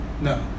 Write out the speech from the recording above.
No